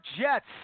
Jets